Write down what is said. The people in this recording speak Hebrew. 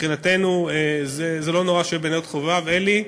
מבחינתנו זה לא נורא שהוא בנאות-חובב, אלי.